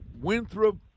Winthrop